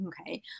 okay